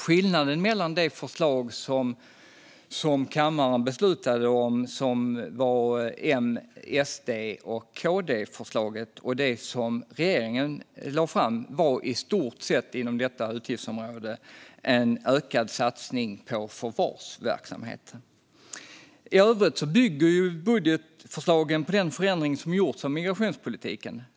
Skillnaden mellan det M-SD-KD-förslag som kammaren beslutade om och det som regeringen lade fram är i stort sett inom detta utgiftsområde en ökad satsning på förvarsverksamheten. I övrigt bygger budgetförslagen på den förändring som gjorts av migrationspolitiken.